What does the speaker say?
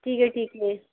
ठीक है ठीक है